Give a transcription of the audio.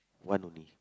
one only